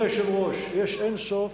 אדוני היושב-ראש, יש אין-סוף,